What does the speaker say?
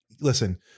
listen